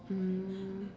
um